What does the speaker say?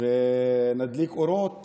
ונדליק אורות